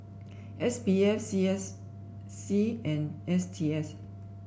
S P F C S C and S T S